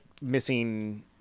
missing